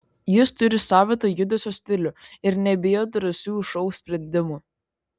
jis turi savitą judesio stilių ir nebijo drąsių šou sprendimų